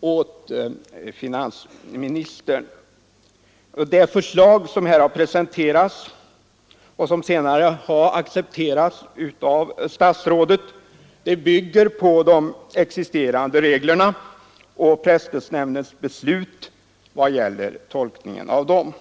åt finansministern. Det förslag som presenterats — och som senare har accepterats av statsrådet — bygger på de existerande reglerna och presstödsnämndens beslut i vad gäller tolkningen av dem.